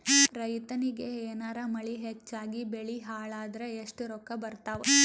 ರೈತನಿಗ ಏನಾರ ಮಳಿ ಹೆಚ್ಚಾಗಿಬೆಳಿ ಹಾಳಾದರ ಎಷ್ಟುರೊಕ್ಕಾ ಬರತ್ತಾವ?